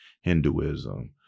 Hinduism